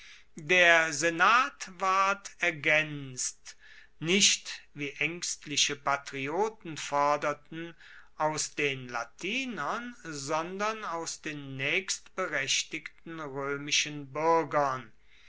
der senat ward ergaenzt nicht wie aengstliche patrioten forderten aus den latinern sondern aus den naechstberechtigten roemischen buergern